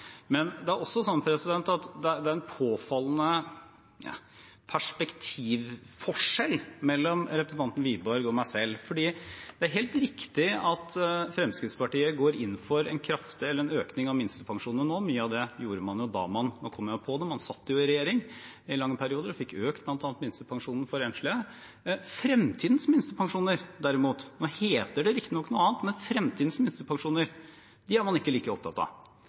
Det er også sånn at det er en påfallende perspektivforskjell mellom representanten Wiborg og meg selv, for det er helt riktig at Fremskrittspartiet går inn for en økning av minstepensjonene nå. Mye av det gjorde man da man – og nå kom jeg på det – satt i regjering. Man satt jo i regjering i lange perioder og fikk økt bl.a. minstepensjonen for enslige. Fremtidens minstepensjoner, derimot – nå heter det riktignok noe annet – er man ikke like opptatt av.